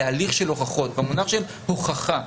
להליך של הוכחות במונח של הוכחה,